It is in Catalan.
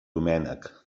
doménec